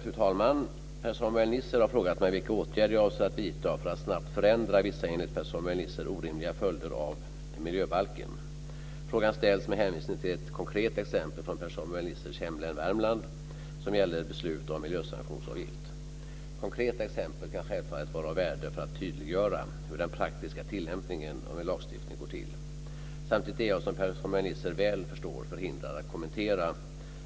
Fru talman! Per-Samuel Nisser har frågat mig vilka åtgärder jag avser att vidta för att snabbt förändra vissa enligt Per-Samuel Nisser orimliga följder av miljöbalken. Frågan ställs med hänvisning till ett konkret exempel från Per-Samuel Nissers hemlän Konkreta exempel kan självfallet vara av värde för att tydliggöra hur den praktiska tillämpningen av en lagstiftning går till. Samtidigt är jag som Per Samuel Nisser väl förstår förhindrad att kommentera